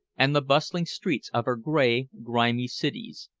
and the bustling streets of her gray, grimy cities.